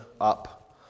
up